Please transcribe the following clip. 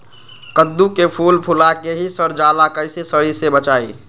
कददु के फूल फुला के ही सर जाला कइसे सरी से बचाई?